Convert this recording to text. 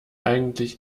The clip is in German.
eigentlich